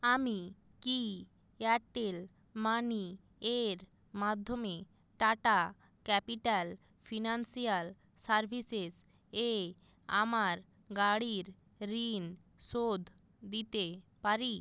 আমি কি এয়ারটেল মানি এর মাধ্যমে টাটা ক্যাপিটাল ফিনান্সিয়াল সার্ভিসেস এ আমার গাড়ির ঋণ শোধ দিতে পারি